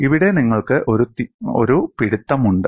ഇവിടെ നിങ്ങൾക്ക് ഒരു പിടുത്തം ഉണ്ട്